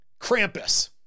Krampus